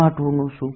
2 નું શું